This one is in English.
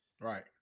Right